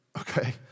okay